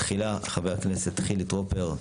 תחילה חבר הכנסת חילי טרופר.